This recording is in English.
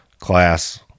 class